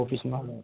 office میں